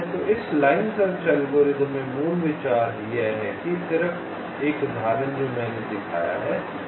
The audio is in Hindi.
तो इस लाइन सर्च एल्गोरिथ्म में मूल विचार यह है कि सिर्फ उदाहरण जो मैंने दिखाया है